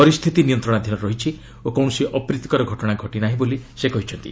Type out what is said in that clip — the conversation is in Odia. ପରିସ୍ଥିତି ନିୟନ୍ତ୍ରଣାଧୀନ ରହିଛି ଓ କୌଣସି ଅପ୍ରୀତିକର ଘଟଣା ଘଟିନାହଁ ବୋଲି ସେ କହିଛନ୍ତି